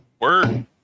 Word